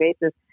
basis